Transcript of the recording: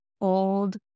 old